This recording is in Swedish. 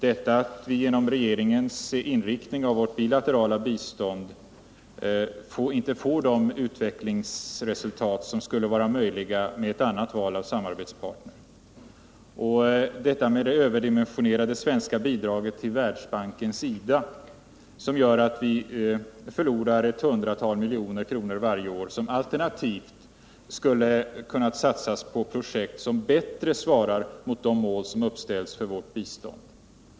Genom regeringens inriktning av vårt bilaterala bistånd får vi inte de utvecklingsresultat som skulle vara möjliga med ett annat val av samarbetspartner. Det går även att ta upp det överdimensione rade bidraget till Världsbankens IDA, som gör att vi varje år förlorar ett hundratal milj.kr., vilka alternativt skulle ha kunnat satsas på projekt som bättre svarar mot de mål som uppställts för vårt bistånd.